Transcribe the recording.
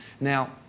now